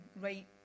right